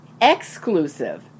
exclusive